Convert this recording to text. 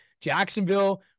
Jacksonville